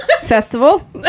festival